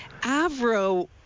Avro